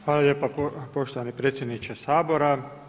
Hvala lijepa poštovani predsjedniče Sabora.